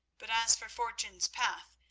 but as for fortune's path,